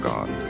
God